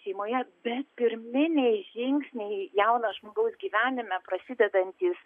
šeimoje bet pirminiai žingsniai jauno žmogaus gyvenime prasidedantys